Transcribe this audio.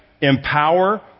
empower